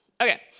Okay